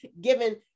given